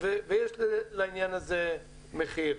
ויש לעניין הזה מחיר.